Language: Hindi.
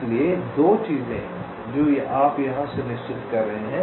इसलिए 2 चीजें हैं जो आप यहां सुनिश्चित कर रहे हैं